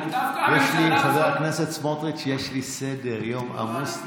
חבר הכנסת סמוטריץ', יש סדר-יום עמוס לעייפה.